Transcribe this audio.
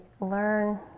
learn